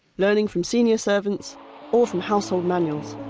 learning from senior servants or from household manuals.